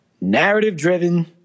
narrative-driven